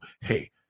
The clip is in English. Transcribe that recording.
hey